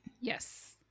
yes